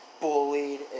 bullied